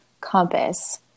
compass